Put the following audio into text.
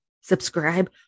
subscribe